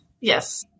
Yes